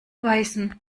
weißen